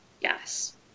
Yes